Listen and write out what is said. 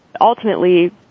ultimately